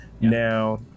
Now